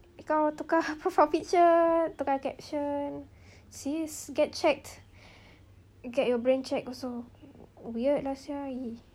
eh kau tukar profile picture tukar caption sis get checked get your brain checked also weird lah [sial] !ee!